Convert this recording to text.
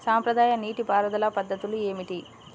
సాంప్రదాయ నీటి పారుదల పద్ధతులు ఏమిటి?